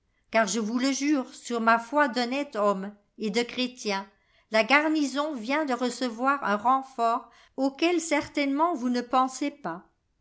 car je vous le jure sur ma foi d'honnête homme et de chrétien la garnison vient de recevoir un renfort auquel certainement vous ne pe usez pas